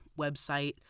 website